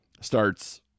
starts